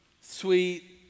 sweet